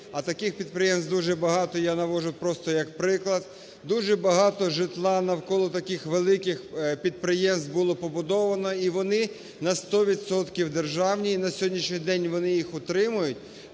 а таких підприємств дуже багато, я навожу просто як приклад, дуже багато житла навколо таких великих підприємств було побудовано і вони на 100 відсотків державні, і на сьогоднішній день вони їх утримують.